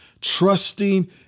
trusting